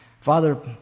Father